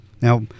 now